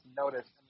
noticed